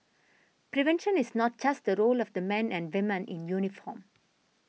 prevention is not just the role of the men and women in uniform